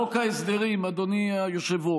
חוק ההסדרים, אדוני היושב-ראש,